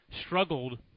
struggled